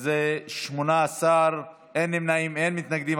אז 18, אין נמנעים, אין מתנגדים.